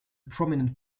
prominent